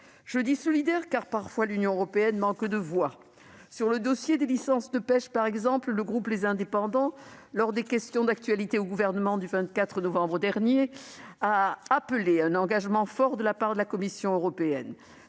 Je dis « solidaires », car, parfois, l'Union européenne manque de voix. Sur le dossier des licences de pêche par exemple, le groupe Les Indépendants a appelé, lors de la séance des questions d'actualité au Gouvernement du 24 novembre dernier, à un engagement fort de la Commission européenne.